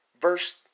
verse